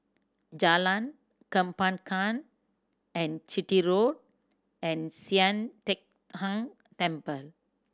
Jalan Kembangan and Chitty Road and Sian Teck Tng Temple